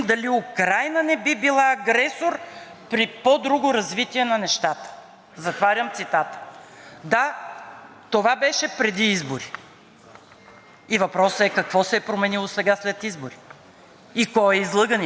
това беше преди изборите. И въпросът е: какво се е променило сега след изборите и кой е излъганият? И има ли излъгани хора, които са повярвали на това, а сега виждат друга реалност тук?